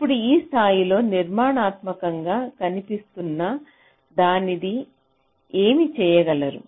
ఇప్పుడు ఈ స్థాయిలో నిర్మాణాత్మకంగా కనిపిస్తున్న దాన్ని ఏమి చేయగలరు